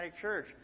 church